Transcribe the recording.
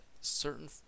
certain